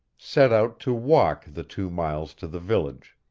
set out to walk the two miles to the village.